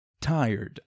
tired